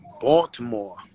Baltimore